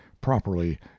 properly